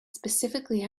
specifically